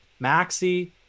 maxi